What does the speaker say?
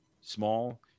small